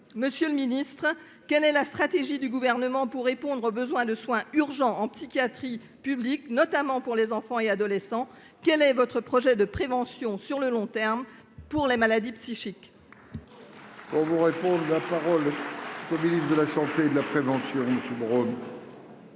Monsieur le ministre, quelle est la stratégie du Gouvernement pour répondre aux besoins de soins urgents en psychiatrie publique, notamment pour les enfants et adolescents ? Quel est votre projet de prévention sur le long terme pour les maladies psychiques ? La parole est à M. le ministre de la santé et de la prévention. Madame